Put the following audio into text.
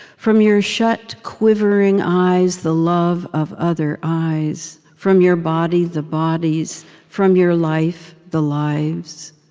from your shut, quivering eyes the love of other eyes from your body the bodies from your life the lives?